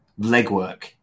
legwork